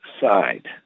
side